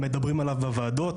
מדברים עליו בוועדות,